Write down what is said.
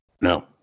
No